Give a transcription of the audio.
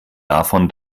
davon